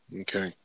Okay